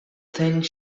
think